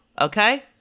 Okay